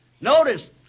Notice